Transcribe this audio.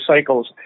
Cycles